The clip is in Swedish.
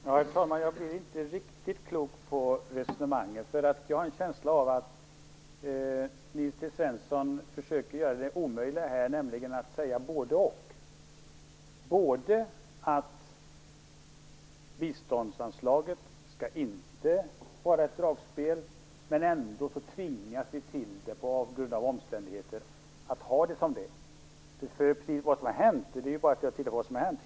Herr talman! Jag blir inte riktigt klok på resonemanget. Jag har en känsla av att Nils T Svensson försöker göra det omöjliga, nämligen att säga bådeoch, både att biståndsanslaget inte skall vara ett dragspel och att vi ändå tvingas till det på grund av omständigheterna. Det är bara att titta på vad som har hänt.